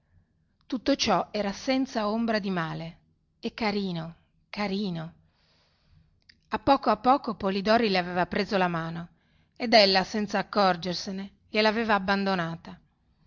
tutto ciò era senza ombra di male e carino carino a poco a poco polidori le aveva preso la mano ed ella senza accorgersene gliela aveva abbandonata